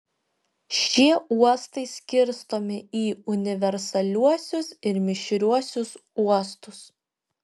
šie uostai skirstomi į universaliuosius ir mišriuosius uostus